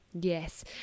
Yes